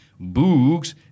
Boogs